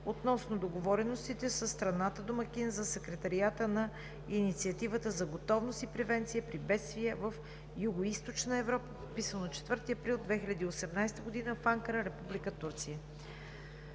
относно договореностите със страната домакин за Секретариата на Инициативата за готовност и превенция при бедствия в Югоизточна Европа, подписано на 4 април 2019 г. в Анкара, Република Турция.